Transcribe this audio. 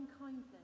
kindness